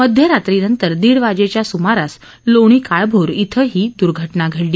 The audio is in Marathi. मध्यरात्रीनंतर दीड वाजेच्या सुमारास लोणी काळभोर धिं ही दुर्घटना घडली